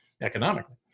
economically